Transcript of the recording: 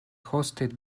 hosted